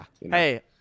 Hey